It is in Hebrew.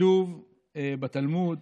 כתוב בתלמוד,